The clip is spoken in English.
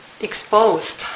exposed